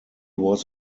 was